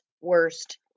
worst